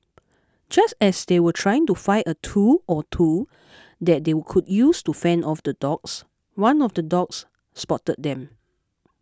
just as they were trying to find a tool or two that they would could use to fend off the dogs one of the dogs spotted them